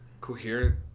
Coherent